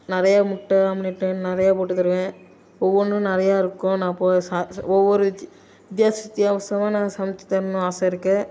நிறையா முட்டை ஆம்லேட்டுன்னு நிறையா போட்டுத் தருவேன் ஒவ்வொன்றும் நிறையா இருக்கும் நான் போடுகிற சா ஒவ்வொரு வித் வித்தியாச வித்தியாசமா நான் சமைச்சி தரணும்னு ஆசை இருக்குது